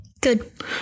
Good